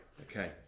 Okay